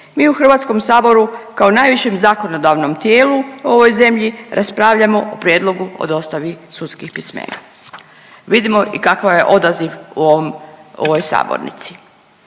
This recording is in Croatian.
mi u HS-u kao najvišem zakonodavnom tijelu u ovoj zemlji raspravljamo o prijedlogu o dostavi sudskih pismena. Vidimo i kakav je odaziv u ovoj sabornici.